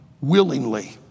willingly